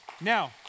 Now